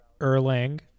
erlang